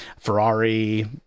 Ferrari